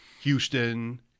Houston